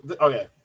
okay